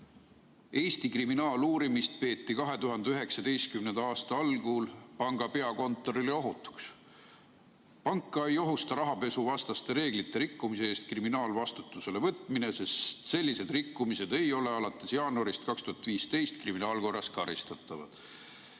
Eesti kriminaaluurimist 2019. aasta algul panga peakontorile ohutuks – panka ei ohusta rahapesuvastaste reeglite rikkumise eest kriminaalvastutusele võtmine, sest sellised rikkumised ei ole alates jaanuarist 2015 kriminaalkorras karistatavad.